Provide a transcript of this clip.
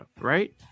right